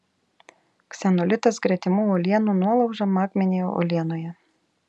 ksenolitas gretimų uolienų nuolauža magminėje uolienoje